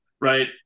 Right